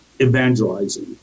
evangelizing